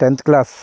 tenth class